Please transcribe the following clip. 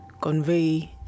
convey